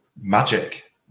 magic